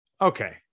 Okay